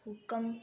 हुक्म दित्ता